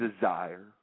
desire